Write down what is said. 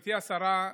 גברתי השרה,